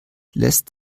lässt